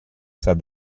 said